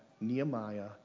Nehemiah